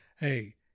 Hey